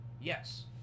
yes